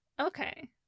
Okay